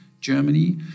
Germany